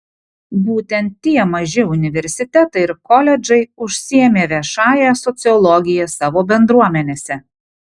būtent tie maži universitetai ir koledžai užsiėmė viešąja sociologija savo bendruomenėse